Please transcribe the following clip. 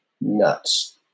nuts